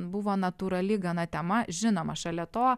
buvo natūrali gana tema žinoma šalia to